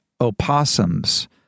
opossums